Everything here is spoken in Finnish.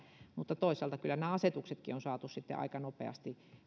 mutta toisaalta kyllä nämä asetuksetkin on saatu sitten aika nopeasti